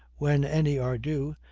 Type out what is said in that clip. when any are due,